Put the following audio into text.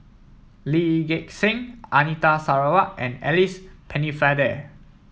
Lee Gek Seng Anita Sarawak and Alice Pennefather